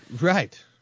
Right